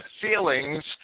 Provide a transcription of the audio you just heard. feelings